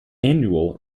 annual